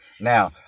Now